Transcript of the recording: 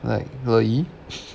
like le yi